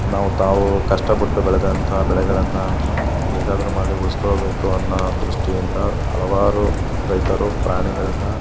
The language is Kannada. ನಾವು ತಾವು ಕಷ್ಟಪಟ್ಟು ಬೆಳೆದಂಥ ಬೆಳೆಗಳನ್ನು ಹೇಗಾದರೂ ಮಾಡಿ ಉಳಿಸ್ಕೊಳ್ಬೇಕು ಅನ್ನೋ ದೃಷ್ಟಿಯಿಂದ ಹಲವಾರು ರೈತರು ಪ್ರಾಣಿಗಳಿಂದ